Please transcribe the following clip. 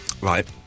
right